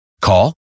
Call